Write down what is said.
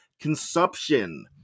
Consumption